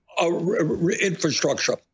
infrastructure